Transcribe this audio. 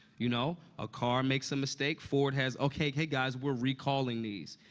you know? a car makes a mistake, ford has okay, hey, guys, we're recalling these.